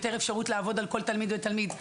יותר אפשרות לעבוד על כל תלמיד ותלמיד.